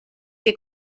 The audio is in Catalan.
que